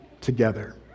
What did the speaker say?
together